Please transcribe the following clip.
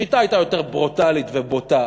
השיטה הייתה יותר ברוטלית ובוטה,